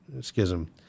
schism